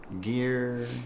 Gear